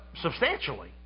substantially